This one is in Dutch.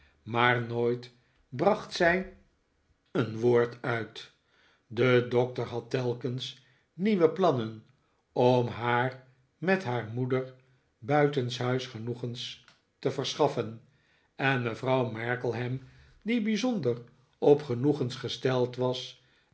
niaar nooit bracht zij een woord uit de doctor had telkens nieuwe plannen om haar met haar moeder buitenshuis genoegens te verschaffen en mevrouw markleham die bijzonder op genoegens gesteld was